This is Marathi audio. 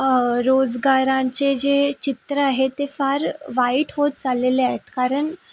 रोजगारांचे जे चित्र आहे ते फार वाईट होत चाललेले आहेत कारण